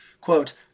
Quote